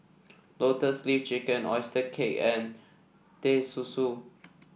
Lotus Leaf Chicken oyster cake and Teh Susu